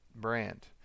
brand